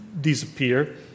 disappear